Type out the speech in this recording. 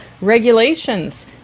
Regulations